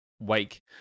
wake